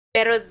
Pero